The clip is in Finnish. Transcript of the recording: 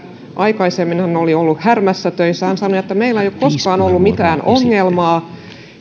aikaisemmin hän oli ollut härmässä töissä ja hän sanoi meillä ei ole koskaan ollut mitään ongelmaa